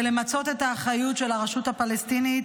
זה למצות את האחריות של הרשות הפלסטינית